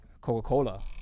Coca-Cola